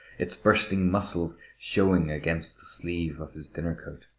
its bursting muscles showing against the sleeve of his dinner coat.